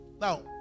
Now